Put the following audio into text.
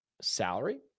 salary